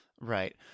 right